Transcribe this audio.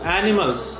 animals